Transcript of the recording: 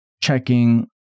checking